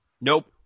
Nope